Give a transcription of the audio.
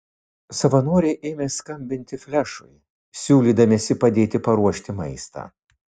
savanoriai ėmė skambinti flešui siūlydamiesi padėti paruošti maistą